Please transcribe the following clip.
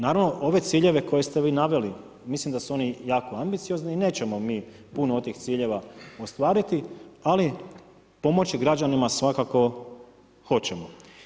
Naravno, ove ciljeve koje ste vi naveli, mislim da su oni jako ambiciozni i nećemo mi puno od tih ciljeva ostvariti, ali pomoći građanima svakako hoćemo.